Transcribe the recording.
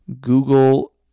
Google